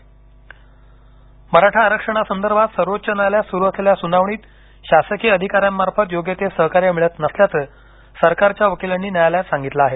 फडणवीस मराठा आरक्षणासंदर्भात सर्वोच्च न्यायालयात सूरू असलेल्या सूनावणीत शासकीय अधिकाऱ्यांमार्फत योग्य ते सहकार्य मिळत नसल्याचं सरकारच्या वकिलांनी न्यायालयात सांगितलं आहे